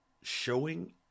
showing